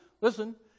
listen